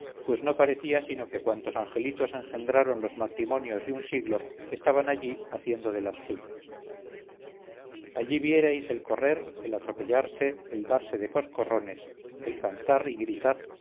pues no parecía sino que cuantos angelitos engendraron los matrimonios de un siglo estaban allí haciendo de las suyas allí vierais el correr el atropellarse el darse de coscorrones el cantar y gritar